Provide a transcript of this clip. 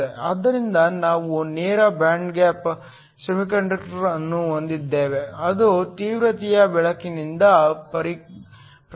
ಆದ್ದರಿಂದ ನಾವು ನೇರ ಬ್ಯಾಂಡ್ ಗ್ಯಾಪ್ ಸೆಮಿಕಂಡಕ್ಟರ್ ಅನ್ನು ಹೊಂದಿದ್ದೇವೆ ಅದು ತೀವ್ರತೆಯ ಬೆಳಕಿನಿಂದ ಪ್ರಕಾಶಿಸಲ್ಪಟ್ಟಿದೆ